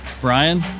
Brian